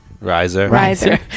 riser